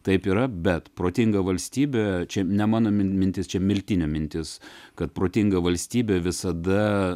taip yra bet protinga valstybė čia ne mano mintis čia miltinio mintis kad protinga valstybė visada